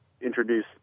introduce